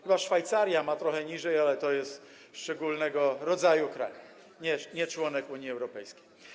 Chyba Szwajcaria ma trochę niższy, ale to jest szczególnego rodzaju kraj, nieczłonek Unii Europejskiej.